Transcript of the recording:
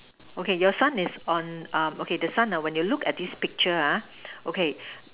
okay your sun is on um okay the sun well is look at this picture ah okay